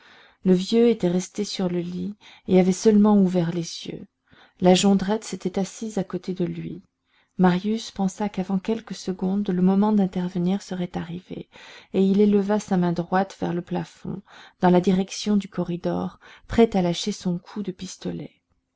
le vieux était resté sur le lit et avait seulement ouvert les yeux la jondrette s'était assise à côté de lui marius pensa qu'avant quelques secondes le moment d'intervenir serait arrivé et il éleva sa main droite vers le plafond dans la direction du corridor prêt à lâcher son coup de pistolet